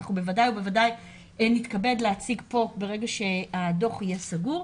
שאנחנו בוודאי נתכבד להציג פה ברגע שהדוח יהיה סגור.